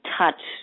touch